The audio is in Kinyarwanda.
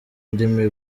ndimi